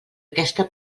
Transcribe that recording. aquesta